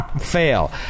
Fail